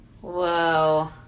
Whoa